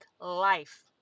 life